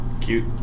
Cute